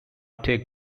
take